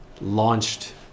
launched